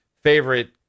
favorite